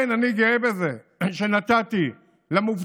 כן, אני גאה בזה שנתתי למובטלים,